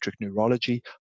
neurology